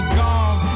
gone